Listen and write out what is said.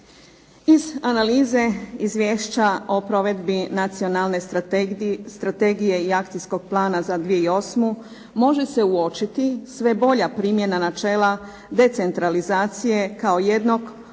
Iz analize Izvješća o provedbi Nacionalne strategije i akcijskog plana za 2008. može se primijetiti sve bolja primjena načela decentralizacije kao jednog